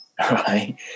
right